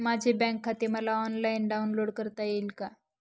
माझे बँक खाते मला ऑनलाईन डाउनलोड करता येईल का?